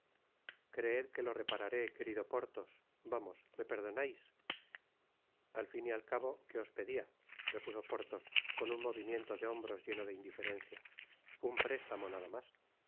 creed que lo repararé querido porthos vamos me perdonais al fin y al cabo qué os pedia repuso porthos con un movimiento de hombros lleno de indiferencia un préstamo nada mas no